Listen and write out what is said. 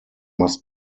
must